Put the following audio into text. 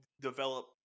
develop